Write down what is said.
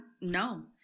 no